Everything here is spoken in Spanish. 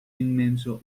inmenso